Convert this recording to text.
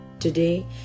Today